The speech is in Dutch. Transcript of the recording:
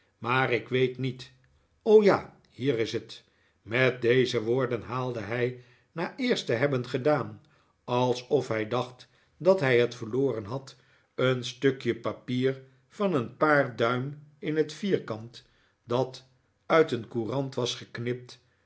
maar ik weet niet o ja hier is het met deze woorden haalde hij na eerst te hebben gedaan alsof hij dacht dat hij het verloren had een stukje papier van een paar duim in het vierkant dat uit een courant was geknipt